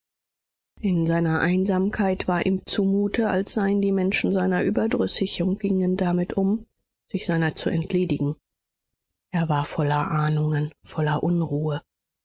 in seiner einsamkeit war ihm zumute als seien die menschen seiner überdrüssig und gingen damit um sich seiner zu entledigen er war voller ahnungen voller unruhe